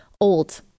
old